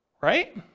right